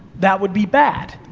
that would be bad,